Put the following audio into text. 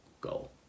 goal